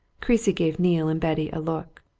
creasy gave neale and betty a look.